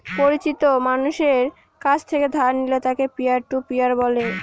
পরিচিত মানষের কাছ থেকে ধার নিলে তাকে পিয়ার টু পিয়ার বলে